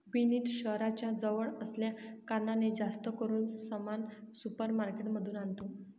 विनीत शहराच्या जवळ असल्या कारणाने, जास्त करून सामान सुपर मार्केट मधून आणतो